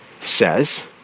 says